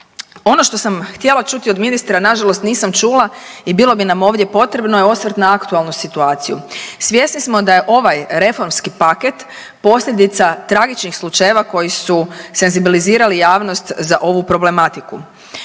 Ono što sam htjela čuti od ministra nažalost nisam čula i bilo bi nam ovdje potrebno je osvrt na aktualnu situaciju. Svjesni smo da je ovaj reformski paket posljedica tragičnih slučajeva koji su senzibilizirali javnost za ovu problematiku.